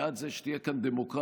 בעד זה שתהיה כאן דמוקרטיה.